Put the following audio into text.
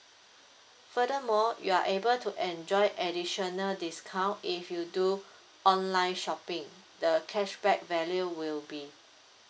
furthermore you're able to enjoy additional discount if you do online shopping the cashback value will be